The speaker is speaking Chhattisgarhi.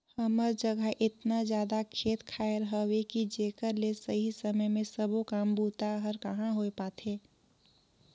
हमर जघा एतना जादा खेत खायर हवे कि जेकर ले सही समय मे सबो काम बूता हर कहाँ होए पाथे